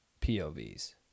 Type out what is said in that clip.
POVs